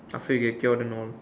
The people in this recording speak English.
after you get cured and all